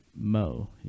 Mo